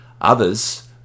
Others